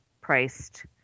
priced